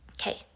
okay